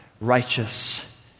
righteous